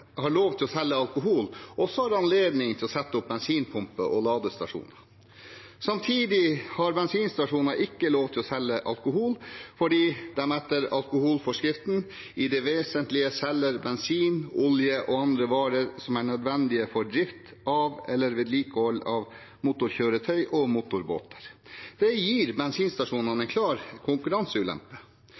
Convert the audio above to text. har lov til å selge alkohol, har også anledning til å sette opp bensinpumper og ladestasjoner. Samtidig har bensinstasjoner ikke lov til å selge alkohol, fordi de etter alkoholforskriften «i det vesentlige selger bensin, olje og andre varer som er nødvendig for drift av eller vedlikehold av motorkjøretøyer og motorbåter». Det gir bensinstasjonene en klar konkurranseulempe.